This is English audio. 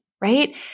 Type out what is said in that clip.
right